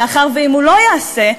מאחר שאם הוא לא יעשה,